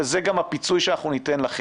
וזה גם הפיצוי שאנחנו ניתן להם.